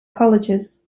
colleges